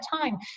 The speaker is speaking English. time